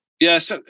Yes